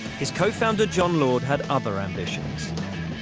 his co-founder jon lord had other ambitions.